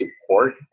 support